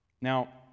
Now